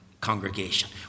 congregation